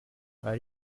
are